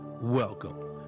Welcome